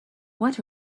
what